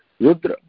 Rudra